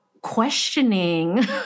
questioning